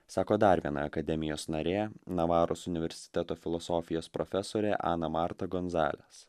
sako dar viena akademijos narė navaros universiteto filosofijos profesorė ana marta gonzales